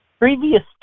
Previous